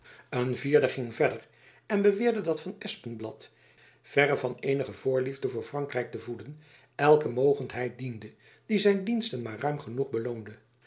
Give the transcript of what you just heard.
een vierde ging verder en beweerde dat van espenblad verre van eenige voorliefde voor frankrijk te voeden elke mogendheid diende die zijn diensten maar ruim genoeg beloonde